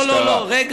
לא, לא, לא, לא, רגע.